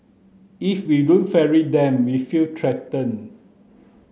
if we don't ferry them we feel threatened